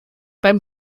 beim